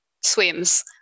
swims